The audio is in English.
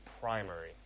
primary